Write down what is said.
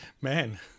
Man